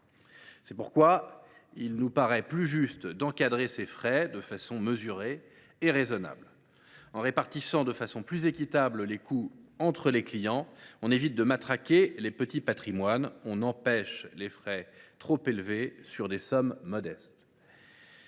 C’est pourquoi il nous paraît plus juste d’encadrer ces frais de façon mesurée et raisonnable. En répartissant de façon plus équitable les coûts entre les clients, on évite de matraquer les petits patrimoines, on empêche le prélèvement de frais trop élevés sur des sommes modestes